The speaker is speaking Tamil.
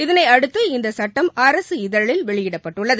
இதனை அடுத்து இந்த சட்டம் அரசிதழில் வெளியிடப்பட்டுள்ளது